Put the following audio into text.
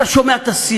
יצא לו, בסדר.